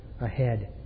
ahead